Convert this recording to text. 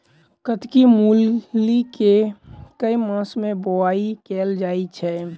कत्की मूली केँ के मास मे बोवाई कैल जाएँ छैय?